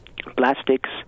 Plastics